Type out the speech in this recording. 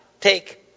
take